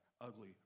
ugly